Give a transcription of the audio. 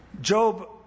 Job